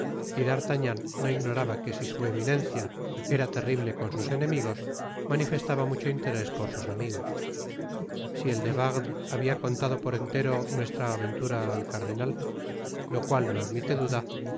y d'artagnan no ignoraba que si su eminencia era terrible con sus enemigos manifestaba mucho interés por sus amigos si el de wardes ha contado por entero nuestra aventura al cardenal lo cual no admite duda